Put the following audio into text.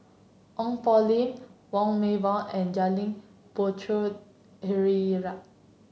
Ong Poh Lim Wong Meng Voon and Janil Puthucheary